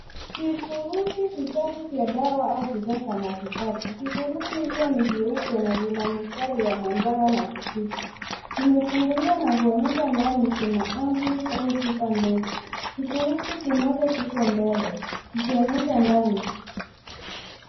Vifurushi vitatu vya dawa au bidhaa za matibabu. Vifurushi hivyo ni vyeupe na vina mistari ya manjano na kijivu. Vimefunguliwa na kuonyesha ndani kuna ambrox au chupa ndogo, kifurushi kimoja kiko mbele kikionyesha ndani.